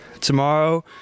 Tomorrow